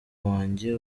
wanjye